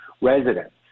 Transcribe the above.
residents